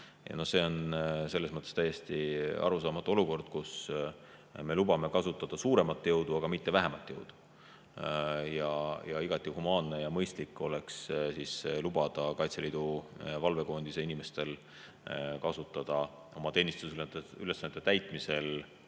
See on selles mõttes täiesti arusaamatu olukord, et me lubame kasutada suuremat jõudu, aga mitte vähemat jõudu. Igati humaanne ja mõistlik oleks lubada Kaitseliidu valvekoondise inimestel kasutada oma teenistusülesannete täitmisel